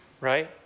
right